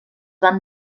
van